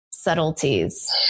subtleties